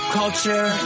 culture